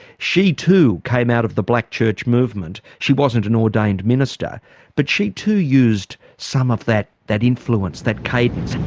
she too came out of the black church movement. she wasn't an ordained minister but she too used some of that that influence, that cadence.